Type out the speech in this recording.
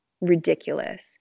ridiculous